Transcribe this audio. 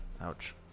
Ouch